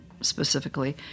specifically